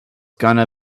gonna